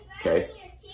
okay